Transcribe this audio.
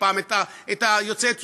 ופעם את יוצאי אתיופיה,